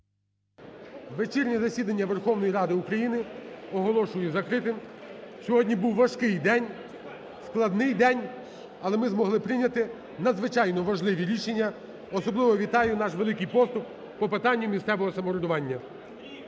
Вечірнє засідання Верховної Ради України оголошую закритим. Сьогодні був важкий день, складний день, але ми змогли прийняти надзвичайно важливі рішення. Особливо вітаю наш великий поступ по питанню місцевого самоврядування.